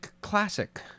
classic